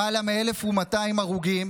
למעלה מ-1,200 הרוגים,